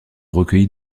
recueilli